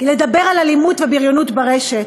לדבר על אלימות ובריונות ברשת,